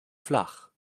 flach